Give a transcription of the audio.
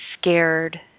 scared